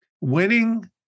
winning